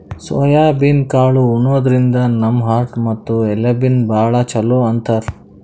soybean ಕಾಳ್ ಉಣಾದ್ರಿನ್ದ ನಮ್ ಹಾರ್ಟ್ ಮತ್ತ್ ಎಲಬೀಗಿ ಭಾಳ್ ಛಲೋ ಅಂತಾರ್